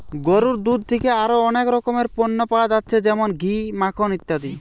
গরুর দুধ থিকে আরো অনেক রকমের পণ্য পায়া যাচ্ছে যেমন ঘি, মাখন ইত্যাদি